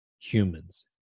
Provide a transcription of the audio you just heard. humans